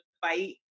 fight